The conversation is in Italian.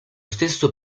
stesso